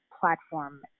platform